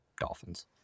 dolphins